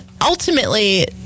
ultimately